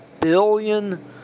billion